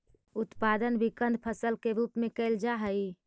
उत्पादन भी कंद फसल के रूप में कैल जा हइ